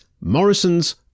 Morrison's